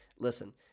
listen